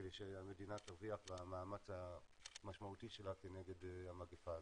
כדי שהמדינה תרוויח מהמאמץ המשמעותי שלה כנגד המגפה הזאת.